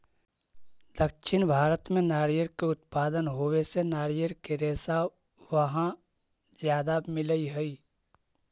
दक्षिण भारत में नारियर के उत्पादन होवे से नारियर के रेशा वहाँ ज्यादा मिलऽ हई